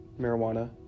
marijuana